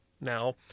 now